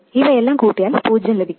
ഇവയെല്ലാം കൂട്ടിയാൽ പൂജ്യം ലഭിക്കും